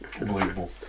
Unbelievable